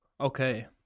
Okay